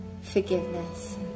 forgiveness